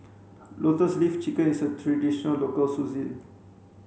lotus leaf chicken is a traditional local